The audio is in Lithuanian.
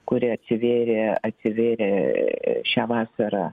kuri atsivėrė atsivėrė šią vasarą